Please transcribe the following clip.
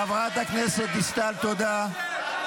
חברת הכנסת דיסטל, תודה.